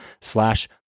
slash